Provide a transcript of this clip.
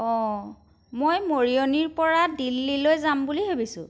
অঁ মই মৰিয়নিৰ পৰা দিল্লীলৈ যাম বুলি ভাবিছোঁ